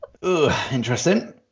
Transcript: Interesting